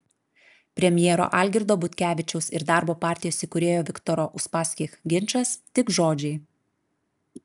premjero algirdo butkevičiaus ir darbo partijos įkūrėjo viktoro uspaskich ginčas tik žodžiai